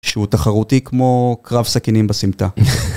שהוא תחרותי כמו קרב סכינים בסמטה